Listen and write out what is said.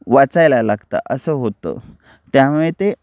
वाचायला लागता असं होतं त्यामुळे ते